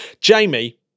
Jamie